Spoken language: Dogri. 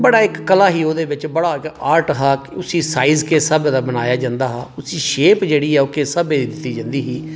बड़ा इक कला ही ओह्दे बिच बड़ा इक आर्ट हा उसी साईज किस स्हाबै दा बनाया जंदा हा उसी शेप जेह्ड़ी ओह् किस स्हाबै दी दित्ती जंदी ही